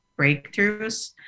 breakthroughs